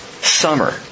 summer